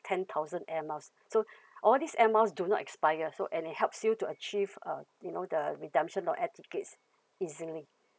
ten thousand air miles so all these air miles do not expire so and it helps you to achieve uh you know the redemption of air tickets easily